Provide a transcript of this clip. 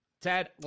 Ted